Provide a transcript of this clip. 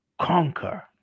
conquer